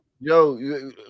yo